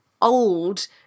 old